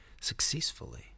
successfully